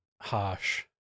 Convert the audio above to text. harsh